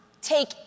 take